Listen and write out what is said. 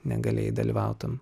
negalėjai dalyvaut tam